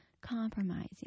compromising